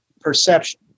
perception